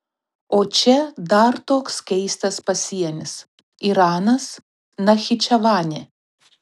o čia dar toks keistas pasienis iranas nachičevanė